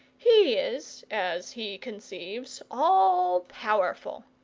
he is, as he conceives, all powerful.